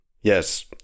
yes